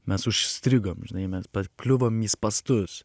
mes užstrigom žinai mes pakliuvom į spąstus